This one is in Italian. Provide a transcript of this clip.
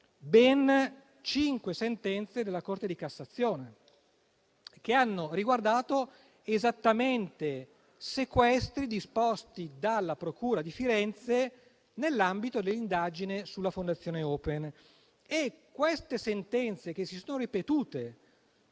ben cinque sentenze della Corte di cassazione, che hanno riguardato esattamente sequestri disposti dalla procura di Firenze nell'ambito dell'indagine sulla Fondazione Open. Quelle sentenze si sono ripetute,